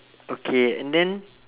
okay and then